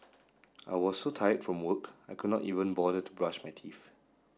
I was so tired from work I could not even bother to brush my teeth